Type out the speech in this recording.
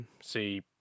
see